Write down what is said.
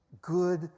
good